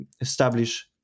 establish